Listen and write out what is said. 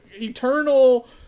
eternal